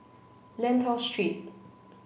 Lentor Street